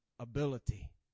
ability